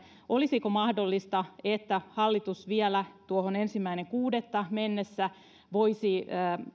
olisiko mahdollista että hallitus vielä tuohon ensimmäinen kuudetta mennessä voisi